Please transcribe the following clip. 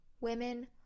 women